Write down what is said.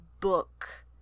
book